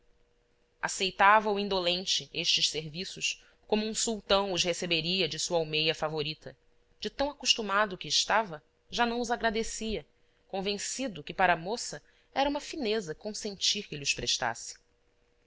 aceitava o indolente estes serviços como um sultão os receberia de sua almeia favorita de tão acostumado que estava já não os agradecia convencido que para a moça era uma fineza consentir que lhos prestasse